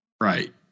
Right